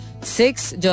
six